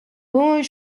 бөөн